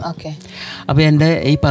Okay